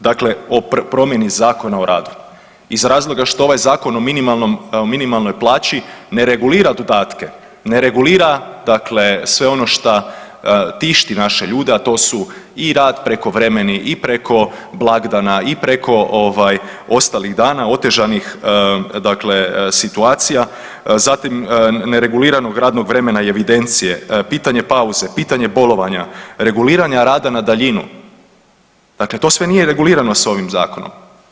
Dakle, o promjeni Zakona o radu iz razloga što ovaj Zakon o minimalnoj plaći ne regulira dodatke, ne regulira sve ono šta tišti naše ljude, a to su i rad prekovremeni i preko blagdana i preko ostalih dana otežanih situacija, zatim ne reguliranog radnog vremena i evidencije, pitanje pauze, pitanje bolovanja, reguliranja rada na daljinu dakle to sve nije regulirano s ovim zakonom.